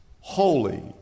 holy